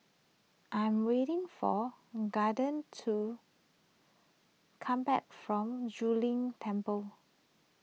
I'm waiting for Kaden to come back from Zu Lin Temple